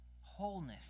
wholeness